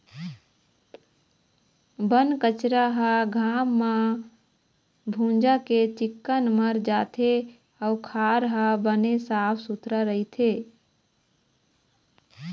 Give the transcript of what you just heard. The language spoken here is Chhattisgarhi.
बन कचरा ह घाम म भूंजा के चिक्कन मर जाथे अउ खार ह बने साफ सुथरा रहिथे